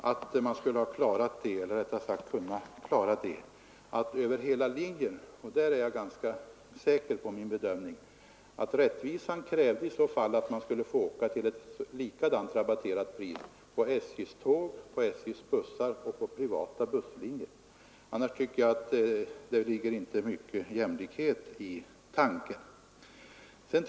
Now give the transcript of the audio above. Rättvisan krävde i så fall att man skulle få åka till i samma utsträckning rabatterade priser — och där är jag ganska säker på min bedömning — över hela linjen, dvs. på SJ:s tåg, på SJ:s bussar och på privata busslinjer. Annars tycker jag inte att det ligger mycket av jämlikhet i tanken.